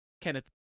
Kenneth